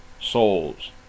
souls